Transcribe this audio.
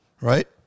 Right